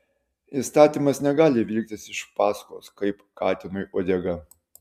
įstatymas negali vilktis iš paskos kaip katinui uodega